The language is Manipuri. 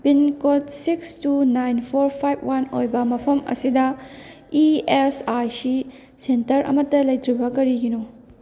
pincode six two nine four five one ꯑꯣꯏꯕ ꯃꯐꯝ ꯑꯁꯤꯗ E S I C centre ꯑꯃꯠꯇ ꯂꯩꯇ꯭ꯔꯤꯕ ꯀꯔꯤꯒꯤꯅꯣ